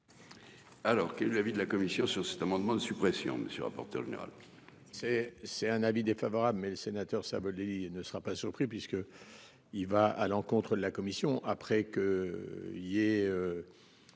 Alors qu'est l'avis de la commission sur cet amendement de suppression monsieur rapporteur général.